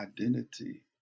identity